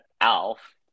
Alf